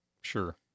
sure